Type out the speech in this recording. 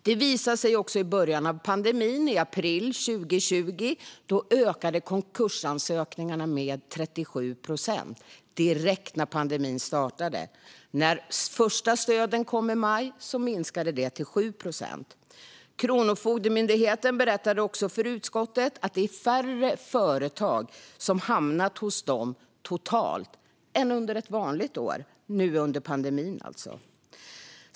Det visade sig också i början av pandemin, i april 2020. Då ökade konkursansökningarna med 37 procent, alltså direkt när pandemin startade. När de första stöden kom i maj minskade de till 7 procent. Kronofogdemyndigheten berättade också för utskottet att det nu under pandemin totalt är färre företag som har hamnat hos dem än under ett vanligt år.